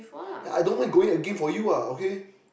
yeah I don't mind going again for you ah okay